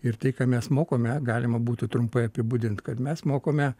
ir tai ką mes mokome galima būtų trumpai apibūdint kad mes mokome